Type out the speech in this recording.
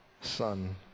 Son